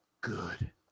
good